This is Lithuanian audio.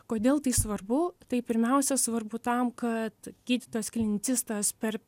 kodėl tai svarbu tai pirmiausia svarbu tam kad gydytojas klinicistas per